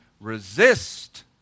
resist